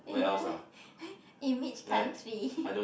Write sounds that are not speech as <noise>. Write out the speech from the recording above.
eh yeah <laughs> in which country <laughs>